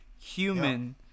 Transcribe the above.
human